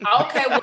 Okay